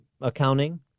accounting